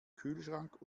kühlschrank